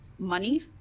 money